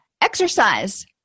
Exercise